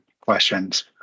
questions